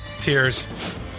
Tears